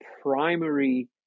primary